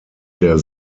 der